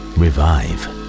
revive